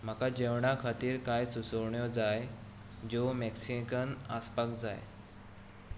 म्हाका जेवणा खातीर कांय सुचोवण्यो जाय ज्यो मॅक्सिकन आसपाक जाय